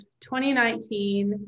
2019